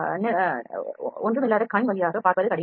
நிர்வாணக் கண் வழியாகப் பார்ப்பது கடினம்